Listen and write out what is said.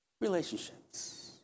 relationships